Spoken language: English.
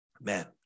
Man